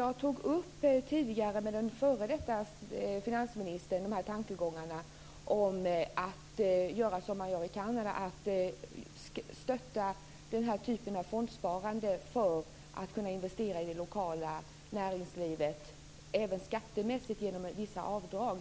Jag tog tidigare upp dessa tankegångar, om att man skall göra som man gör i Kanada, med den f.d. finansministern. Det handlar om att stötta den här typen av fondsparande så att man kan investera i det lokala näringslivet, även skattemässigt genom vissa avdrag.